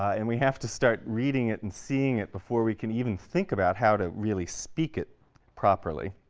and we have to start reading it and seeing it before we can even think about how to really speak it properly.